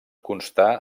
constar